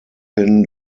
thin